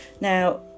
Now